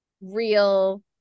real